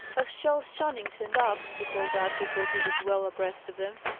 has charles channing turned up? he called out, before he was well abreast of them.